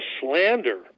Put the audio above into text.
slander